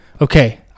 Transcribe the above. okay